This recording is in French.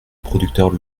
producteurs